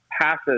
passes